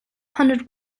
hundred